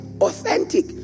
authentic